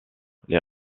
les